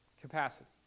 capacity